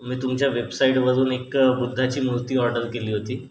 मी तुमच्या वेबसाईटवरून एक बुद्धाची मूर्ती ऑर्डर केली होती